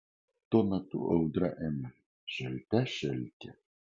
tuo metu audra ėmė šėlte šėlti